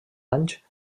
anys